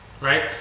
Right